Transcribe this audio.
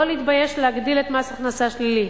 לא להתבייש להגדיל את מס ההכנסה השלילי,